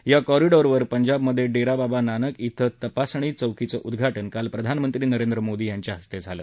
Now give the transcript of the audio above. या कॉरिडॉरवर पंजाबमधे डेराबाबा नानक थेल्या तपासणी चौकीचं उद्घाटन काल प्रधानमंत्री नरेंद्र मोदी यांच्या हस्ते झालं